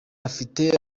afite